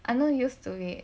I know used to it